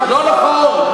לא נכון.